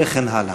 וכן הלאה.